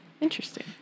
interesting